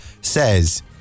says